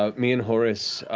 ah me and horris,